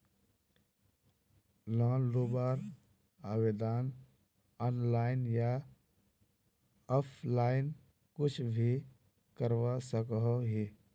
Loan लुबार आवेदन online या ऑफलाइन कुछ भी करवा सकोहो ही?